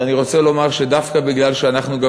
אני רוצה לומר שדווקא משום שאנחנו גם